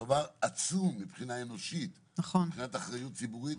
זה דבר עצום מבחינה אנושית ומבחינת אחריות ציבורית,